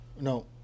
no